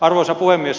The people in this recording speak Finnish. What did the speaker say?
arvoisa puhemies